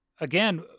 again